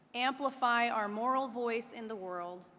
amplify our moral voice in the world,